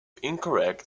incorrect